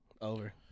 Over